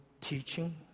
teaching